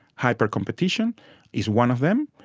hyper competition is one of them,